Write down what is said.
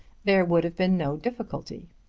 there would have been no difficulty.